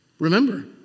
Remember